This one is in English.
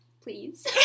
Please